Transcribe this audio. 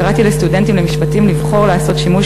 קראתי לסטודנטים למשפטים לבחור לעשות שימוש